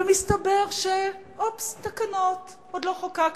ומסתבר אופס, תקנות, עוד לא חוקקנו.